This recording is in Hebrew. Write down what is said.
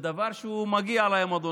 בדבר שמגיע להם, אדוני.